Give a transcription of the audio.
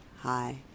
Hi